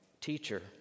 Teacher